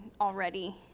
already